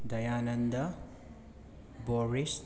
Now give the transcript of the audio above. Dayananda ꯕꯣꯔꯤꯁ